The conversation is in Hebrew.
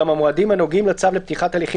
ואולם המועדים הנוגעים לצו לפתיחת הליכים